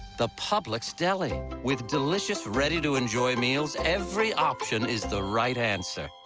the publix deli. with delicious, ready to enjoy meals. every option is the right answer.